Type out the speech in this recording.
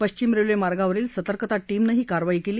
पश्चिम रेल्वे मार्गावरील सतर्कता टीमने ही कारवाई केली